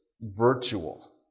virtual